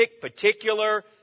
particular